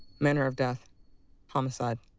manner of death homicide.